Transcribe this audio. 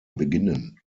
beginnen